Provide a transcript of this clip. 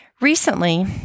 Recently